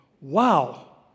Wow